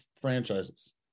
franchises